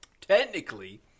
technically